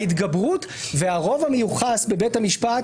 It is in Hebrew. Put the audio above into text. ההתגברות והרוב המיוחס בבית המשפט,